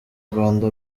rwanda